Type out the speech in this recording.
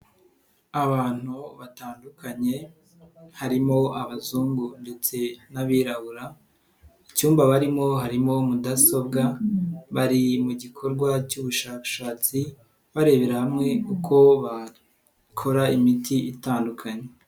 Abantu batandukanye harimo abazungu ndetse n'abirabura, mu icyumba barimo harimo mudasobwa, bari mu gikorwa cy'ubushakashatsi barebera hamwe uko bakora imiti itandukanye.